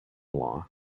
law